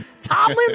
Tomlin